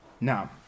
Now